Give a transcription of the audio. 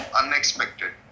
unexpected